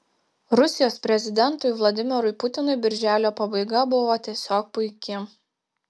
rusijos prezidentui vladimirui putinui birželio pabaiga buvo tiesiog puiki